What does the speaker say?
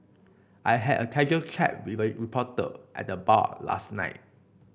I had a casual chat with a reporter at the bar last night